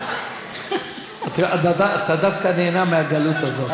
אתה דווקא נהנה מהגלות הזאת.